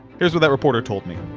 here's what that reporter told me.